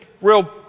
real